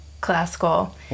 classical